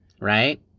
Right